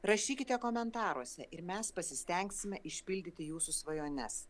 rašykite komentaruose ir mes pasistengsime išpildyti jūsų svajones